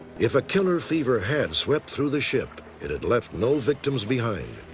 if a killer fever had swept through the ship, it had left no victims behind.